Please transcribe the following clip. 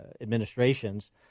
administrations